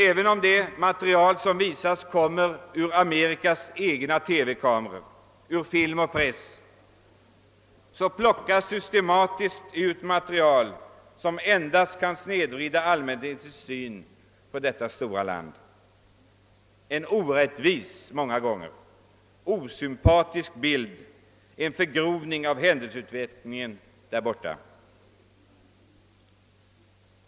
även om det material som presenteras kommer från Amerikas egna TV-kameror och från dess film och press, plockas systematiskt endast sådant ut som kan snedvrida allmänhetens syn på detta stora land, sådant som många gånger ger en orättvis, osympatisk och förgrovad bild av händelseutvecklingen där borta.